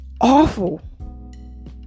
awful